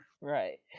Right